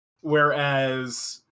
Whereas